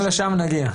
גם לשם נגיע.